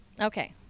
Okay